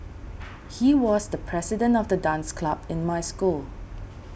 he was the president of the dance club in my school